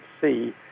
see